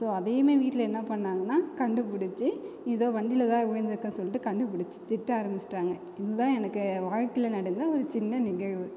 so அதையுமே வீட்டில் என்ன பண்ணாங்கன்னா கண்டுபிடிச்சி ஏதோ வண்டியில் தான் விழுந்துருக்கன்னு சொல்லி கண்டுபிடிச்சி திட்ட ஆரம்பிச்சிட்டாங்க இது தான் எனக்கு வாழ்க்கையில் நடந்த ஒரு சின்ன நிகழ்வு